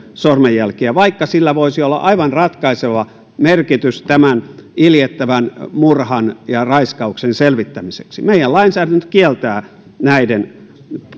sormenjälkiä vaikka sillä voisi olla aivan ratkaiseva merkitys tämän iljettävän murhan ja raiskauksen selvittämiseksi meidän lainsäädäntömme kieltää